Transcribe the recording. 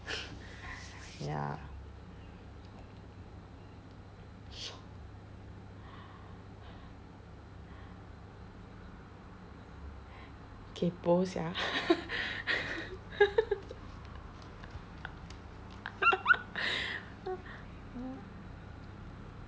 ya kaypoh sia